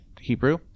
Hebrew